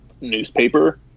newspaper